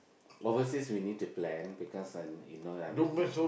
overseas we need to plan because uh you know that I'm looking